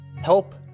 help